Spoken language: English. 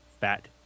fat